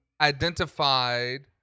identified